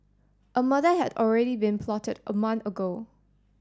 a murder had already been plotted a month ago